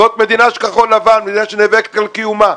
זאת מדינה של כחול-לבן בגלל שהיא נאבקת על קיומה.